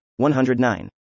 109